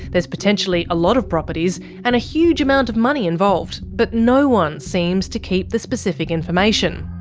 there's potentially a lot of properties and a huge amount of money involved, but no one seems to keep the specific information.